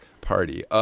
Party